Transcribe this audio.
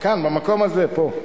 כאן, במקום הזה, פה.